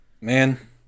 man